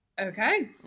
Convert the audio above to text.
Okay